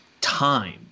time